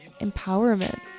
empowerment